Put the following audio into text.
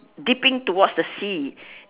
dipping towards the sea